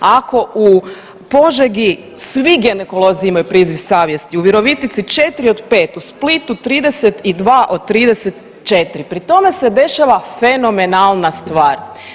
Ako u Požegi svi ginekolozi imaju priziv savjesti, u Virovitici 4 od 5, u Splitu 32 od 34. pri tome se dešava fenomenalna stvar.